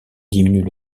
diminuent